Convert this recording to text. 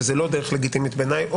שזו לא דרך לגיטימית בעיניי,